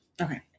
Okay